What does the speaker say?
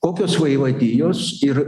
kokios vaivadijos ir